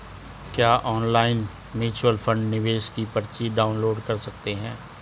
क्या online mutual fund निवेश की पर्ची डाउनलोड कर सकते हैं?